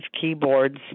keyboards